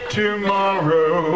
tomorrow